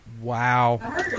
Wow